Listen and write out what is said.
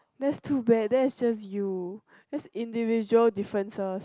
that's too bad that is just you that's individual differences